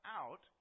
out